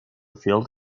filled